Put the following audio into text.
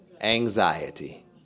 Anxiety